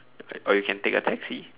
or or you can take a taxi